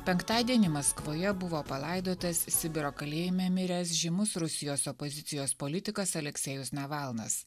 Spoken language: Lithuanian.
penktadienį maskvoje buvo palaidotas sibiro kalėjime miręs žymus rusijos opozicijos politikas aleksejus navalnas